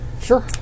Sure